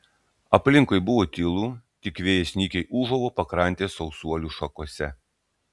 aplinkui buvo tylu tik vėjas nykiai ūžavo pakrantės sausuolių šakose